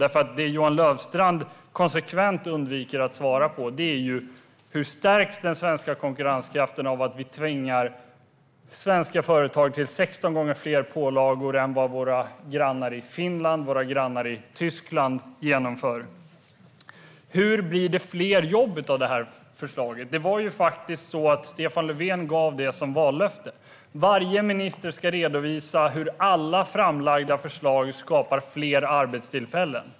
Det som Johan Löfstrand konsekvent undviker att svara på är hur den svenska konkurrenskraften stärks av att vi tvingar svenska företag till 16 gånger fler pålagor än vad våra grannar i Finland och Tyskland genomför. Hur blir det fler jobb av det här förslaget? Det var faktiskt så att Stefan Löfven gav vallöftet att varje minister skulle redovisa hur alla framlagda förslag skapar fler arbetstillfällen.